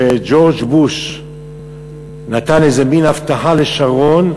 כשג'ורג' בוש נתן מין הבטחה לשרון,